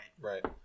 right